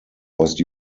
was